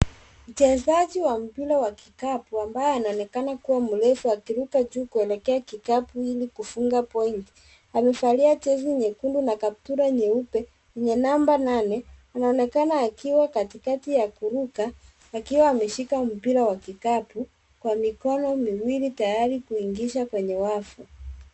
Mchezaji wa mpira wa kikapu ambaye anaonekana kuwa mrefu akiruka juu kuelekea kikapu ilikufunga point. Amevalia jezi nyekundu na kaptura nyeupe enye namba nane unaonekana akiwa katikakati ya kuruka akiwa ameshika mpira wa kikapu kwa mikona miwili tayari kuingisha kwenye wafu.